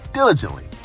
diligently